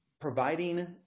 providing